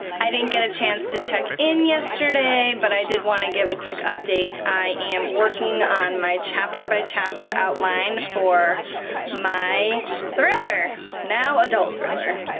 i didn't get a chance to check in yesterday, but i did want to give a quick update. i am working on my chapter-by-chapter outline for my thriller! now adult thriller.